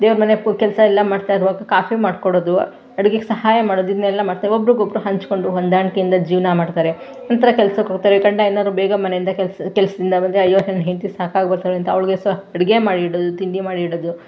ದೇವ್ರ ಮನೆ ಕೆಲಸ ಎಲ್ಲ ಮಾಡ್ತಾ ಇರುವಾಗ ಕಾಫಿ ಮಾಡ್ಕೊಡೋದು ಅಡ್ಗೆಗೆ ಸಹಾಯ ಮಾಡೋದು ಇದನ್ನೆಲ್ಲ ಮಾಡ್ತಾ ಒಬ್ರಿಗೊಬ್ರು ಹಂಚಿಕೊಂಡು ಹೊಂದಾಣಿಕೆಯಿಂದ ಜೀವನ ಮಾಡ್ತಾರೆ ನಂತರ ಕೆಲ್ಸಕ್ಕೆ ಹೋಗ್ತಾರೆ ಗಂಡ ಏನಾದ್ರೂ ಬೇಗ ಮನೆಯಿಂದ ಕೆಲಸದಿಂದ ಬಂದರೆ ಅಯ್ಯೋ ನನ್ನ ಹೆಂಡತಿ ಸಾಕಾಗಿ ಬರ್ತಾಳೆ ಅಂತ ಅವಳಿಗೆ ಸಹ ಅಡುಗೆ ಮಾಡಿಡೋದು ತಿಂಡಿ ಮಾಡಿಡೋದು